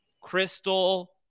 Crystal